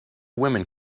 women